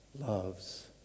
loves